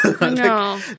No